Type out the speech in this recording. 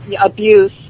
abuse